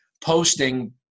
posting